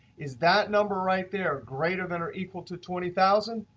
is that number right there greater than or equal to twenty thousand